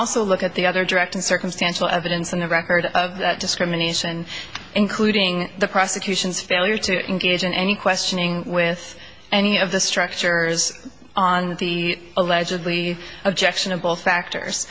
also look at the other direct and circumstantial evidence in the record of discrimination including the prosecution's failure to engage in any questioning with any of the structures on the allegedly objectionable factors